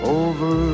over